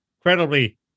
incredibly